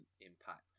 impact